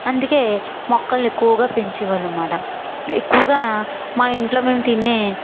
అందుకే మొక్కలు ఎక్కువగా పెంచేవాళ్ళం మాట ఎక్కువగా మా ఇంట్లో మేం తినే ఫ్రూట్